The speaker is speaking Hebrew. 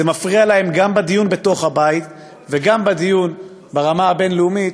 זה מפריע להם גם בדיון בתוך הבית וגם בדיון ברמה הבין-לאומית.